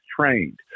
trained